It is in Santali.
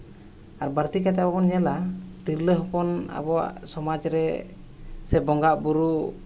ᱟᱨ ᱵᱟᱹᱲᱛᱤ ᱠᱟᱛᱮᱫ ᱦᱚᱸ ᱵᱚᱱ ᱧᱮᱞᱟ ᱛᱤᱨᱞᱟᱹ ᱦᱚᱯᱚᱱ ᱟᱵᱚᱣᱟᱜ ᱥᱚᱢᱟᱡᱽ ᱨᱮ ᱥᱮ ᱵᱚᱸᱜᱟᱼᱵᱩᱨᱩ